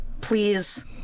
Please